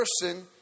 person